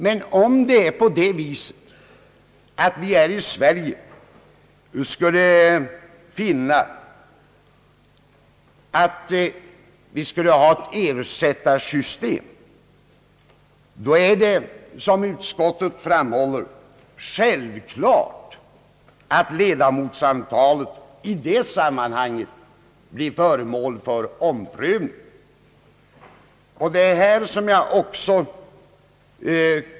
Men om vi även här i Sverige skulle finna att vi vill ha ett ersättarsystem är det, som utskottet framhåller, självklart att ledamotsantalet i det sammanhanget blir föremål för en omprövning.